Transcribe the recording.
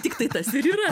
tiktai tas ir yra